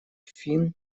фин